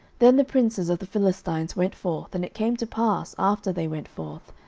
then the princes of the philistines went forth and it came to pass, after they went forth,